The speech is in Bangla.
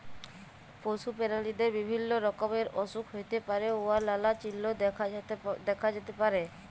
পশু পেরালিদের বিভিল্য রকমের অসুখ হ্যইতে পারে উয়ার লালা চিল্হ দ্যাখা যাতে পারে